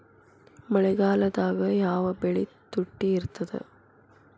ಮಳೆಗಾಲದಾಗ ಯಾವ ಬೆಳಿ ತುಟ್ಟಿ ಇರ್ತದ?